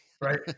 Right